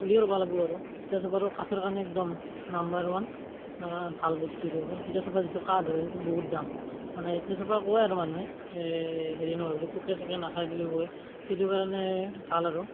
পুলিও ৰুব লাগিব আৰু তিতাচপা আৰু কাঠৰ কাৰণে একদম নাম্বাৰ ওৱান ভাল বস্তু এইটো তিতা চপা যিটো কাঠ হয় একদম বহুত দাম মানে তিতা চপা কয় আৰু মানুহে হেৰি নহয় বুলি পোকে চোকে নাখায় বুলিও কয় সিটো কাৰণে ভাল আৰু